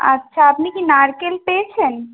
আচ্ছা আপনি কি নারকেল পেয়েছেন